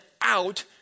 out